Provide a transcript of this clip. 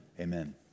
amen